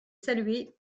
salué